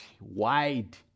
wide